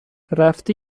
رفتی